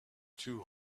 two